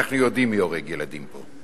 אנחנו יודעים מי הורג ילדים פה.